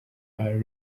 ahantu